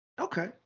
Okay